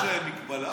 יש להם מגבלה?